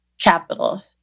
capital